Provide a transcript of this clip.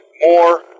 more